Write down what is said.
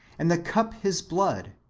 and the cup his blood,